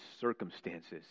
circumstances